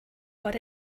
what